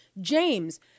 James